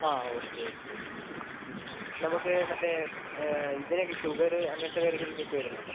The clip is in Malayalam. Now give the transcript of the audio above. ആ ഓക്കെ ഓക്കെ നമ്മുക്ക് മറ്റേ ഇതിനൊക്കെ ഷുഗറ് അങ്ങനത്തെ കാര്യങ്ങൾക്കൊക്കെ വരുന്നുണ്ടോ